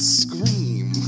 scream